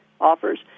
offers